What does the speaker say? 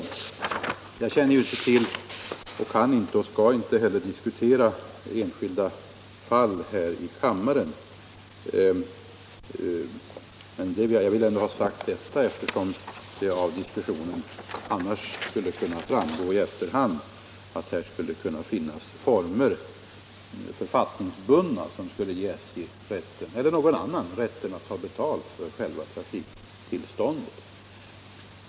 Jag känner inte till och skall inte heller diskutera enskilda fall här i kammaren, men jag vill ändå ha sagt detta eftersom man annars av den här diskussionen i efterhand skulle kunna dra slutsatsen att det skulle finnas författningsbundna former som skulle ge SJ eller någon annan rätten att ta betalt för själva trafiktillståndet.